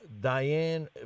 Diane